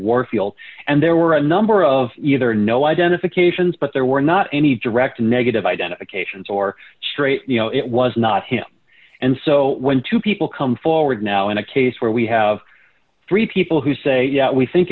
reward field and there were a number of either no identifications but there were not any direct negative identifications or straight you know it was not him and so when two people come forward now in a case where we have three people who say we think